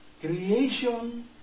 Creation